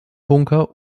bunker